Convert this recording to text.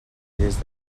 lles